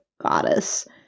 goddess